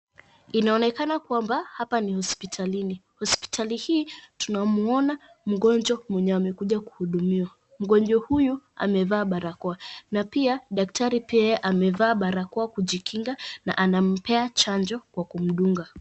Inaonekana kwamba hapa ni hospitalini. Hospitali hii tunamuona mgonjwa mwenye amekuja kuhudumiwa. Mgonjwa huyu amevaa barakoa na pia daktari pia yeye amevaa barakoa kujikinga na anampea chanjo kwa kumdunga.